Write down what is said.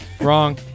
Wrong